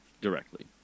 directly